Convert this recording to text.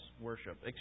worship